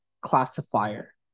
classifier